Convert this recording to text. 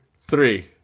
three